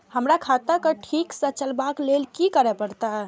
हमरा खाता क ठीक स चलबाक लेल की करे परतै